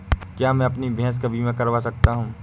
क्या मैं अपनी भैंस का बीमा करवा सकता हूँ?